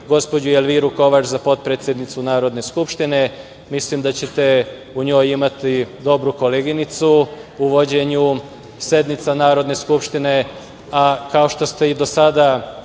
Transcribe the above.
gospođu Elviru Kovač za potpredsednicu Narodne skupštine. Mislim da ćete u njoj imati dobru koleginicu u vođenju sednica Narodne skupštine, a kao što ste i do sada